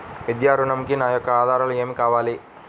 విద్యా ఋణంకి నా యొక్క ఆధారాలు ఏమి కావాలి?